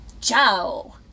Ciao